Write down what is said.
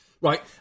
Right